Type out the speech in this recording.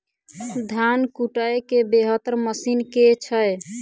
धान कुटय केँ बेहतर मशीन केँ छै?